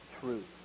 truth